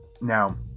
Now